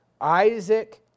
Isaac